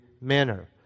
manner